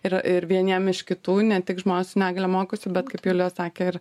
ir i vieniem iš kitų ne tik žmonės su negalia mokosi bet kaip julija ir sakę ir